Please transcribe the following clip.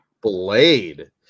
Blade